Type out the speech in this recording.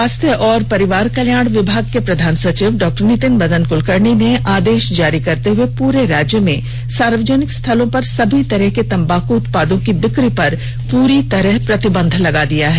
स्वास्थ्य और परिवार कल्याण विभाग के प्रधान सचिव डॉ नितिन मदन कुलकर्णी ने आदेष जारी करते हुए पूरे राज्य में सार्वजनिक स्थलों पर सभी तरह के तम्बाकू उत्पादों की बिक्री पर पूर्ण प्रतिबंध लगा दिया है